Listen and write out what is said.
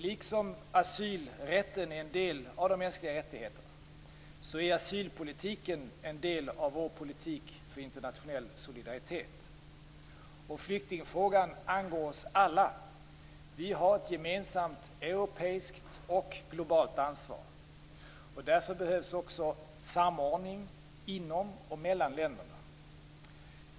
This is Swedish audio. Liksom asylrätten är en del av de mänskliga rättigheterna är asylpolitiken en del av vår politik för internationell solidaritet. Flyktingfrågan angår oss alla. Vi har ett gemensamt europeiskt och globalt ansvar. Därför behövs också samordning inom och mellan länderna.